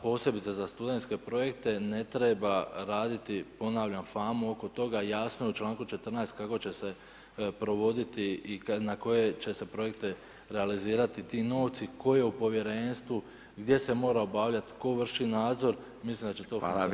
Posebice za studentske projekte ne treba raditi ponavljam famu oko toga jasno u članku 14. kako će se provoditi i na koje će se projekte realizira ti novci, tko je u povjerenstvu, gdje se mora obavljati, tko vrši nadzor mislim da će to funkcionirati i